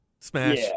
Smash